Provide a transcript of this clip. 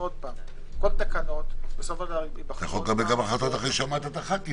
אתה יכול גם לקבל החלטות אחרי ששמעת את הח"כים.